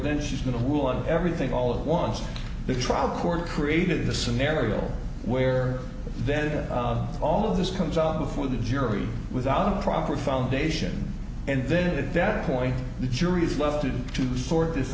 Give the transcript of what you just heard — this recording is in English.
then she's going to rule on everything all at once the trial court created the scenario where then all of this comes up before the jury without proper foundation and then it at that point the jury is left to sort this